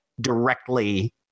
directly